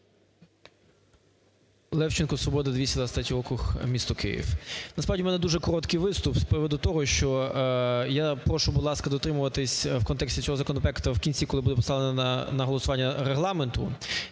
Левченко, "Свобода", 223 округ, місто Київ. Насправді, у мене дуже короткий виступ з приводу того, що я прошу, будь ласка, дотримуватися в контексті цього законопроекту в кінці, коли буде поставлено на голосування, Регламенту,